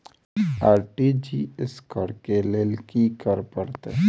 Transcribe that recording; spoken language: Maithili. हमरा आर.टी.जी.एस करऽ केँ लेल की करऽ पड़तै?